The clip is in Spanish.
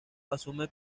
asume